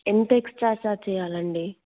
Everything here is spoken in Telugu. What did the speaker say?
ఎంత ఎక్స్ట్రా ఛార్జ్ చేయాలండి